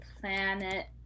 Planet